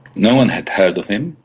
no one had heard of him,